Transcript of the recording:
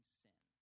sin